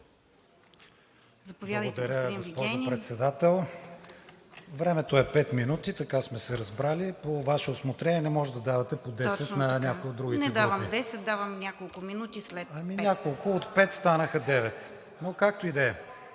Заповядайте, господин Вигенин.